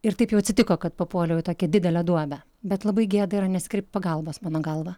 ir taip jau atsitiko kad papuoliau į tokią didelę duobę bet labai gėda yra nesikreipt pagalbos mano galva